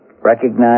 recognize